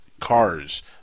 cars